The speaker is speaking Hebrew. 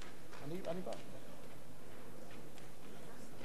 אדוני היושב-ראש, עמיתי חברי הכנסת,